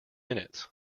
minutes